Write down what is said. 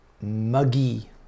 muggy